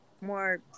more